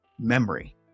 memory